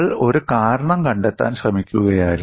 നമ്മൾ ഒരു കാരണം കണ്ടെത്താൻ ശ്രമിക്കുകയായിരുന്നു